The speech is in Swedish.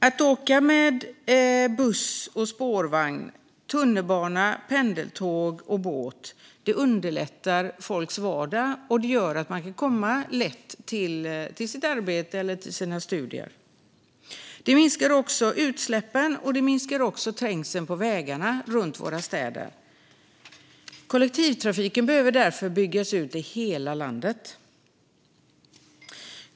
Att åka med buss, spårvagn, tunnelbana, pendeltåg och båt underlättar folks vardag och gör att man lätt kan komma till sitt arbete eller sina studier. Det minskar också utsläppen liksom trängseln på vägarna runt våra städer. Kollektivtrafiken behöver därför byggas ut i hela landet.